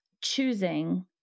choosing